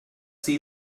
see